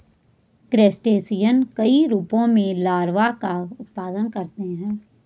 crustacean कई रूपों में लार्वा का उत्पादन करते हैं